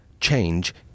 change